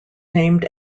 named